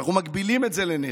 שאנחנו מגבילים את זה לנשק,